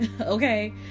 okay